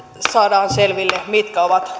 saadaan selville mitkä ovat